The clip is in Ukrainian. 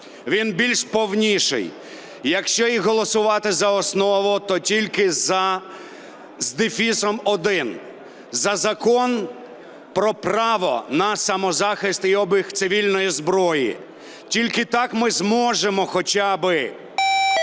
він більш повніший. Якщо і голосувати за основу, то тільки "за" – з дефісом один, за Закон про право на самозахист і обіг цивільної зброї. Тільки так ми зможемо хоча би